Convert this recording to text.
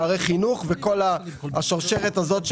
פערי חינוך וכל השרשרת הזאת,